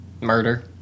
Murder